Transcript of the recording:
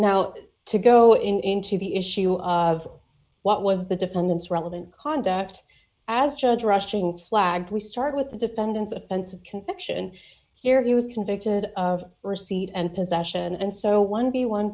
now to go into the issue of what was the defendant's relevant conduct as judge rushing flag we start with the defendant's offense of conviction here he was convicted of receipt and possession and so one b one